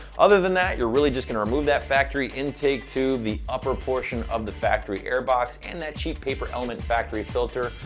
other than that, you're really just gonna remove that factory intake tube, the upper portion of the factory air box and that cheap paper element factory filter.